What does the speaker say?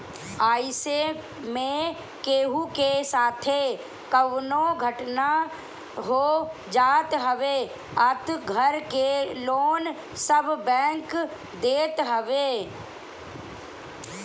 अइसे में केहू के साथे कवनो दुर्घटना हो जात हवे तअ घर के लोन सब बैंक देत हवे